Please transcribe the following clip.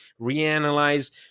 reanalyze